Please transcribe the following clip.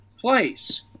place